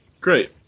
Great